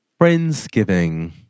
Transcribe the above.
Friendsgiving